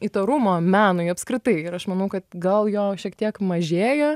įtarumo menui apskritai ir aš manau kad gal jo šiek tiek mažėja